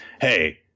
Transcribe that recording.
hey